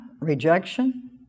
rejection